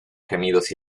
gemidos